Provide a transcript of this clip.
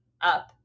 up